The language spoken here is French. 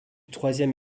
troisième